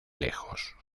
lejos